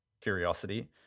curiosity